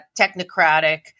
technocratic